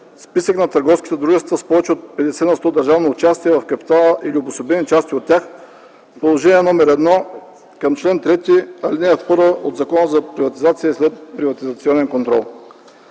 списък на търговските дружества с повече от 50 на сто държавно участие в капитала или обособени части от тях, Приложение № 1 към чл. 3, ал. 1 от Закона за приватизация и следприватизационен контрол.